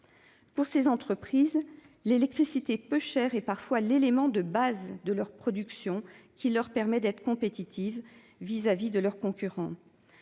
Pour ces entreprises l'électricité peuchère et parfois l'élément de base de leur production qui leur permet d'être compétitive vis-à-vis de leurs concurrents.